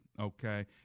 okay